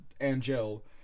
Angel